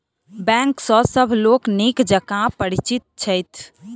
bank सॅ सभ लोक नीक जकाँ परिचित छथि